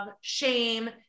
shame